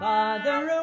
Father